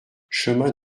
chemin